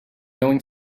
going